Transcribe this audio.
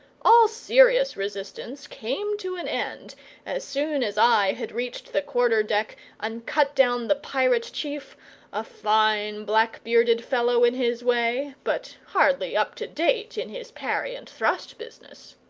all serious resistance came to an end as soon as i had reached the quarter-deck and cut down the pirate chief a fine black-bearded fellow in his way, but hardly up to date in his parry-and-thrust business.